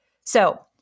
So-